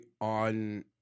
on –